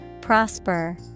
Prosper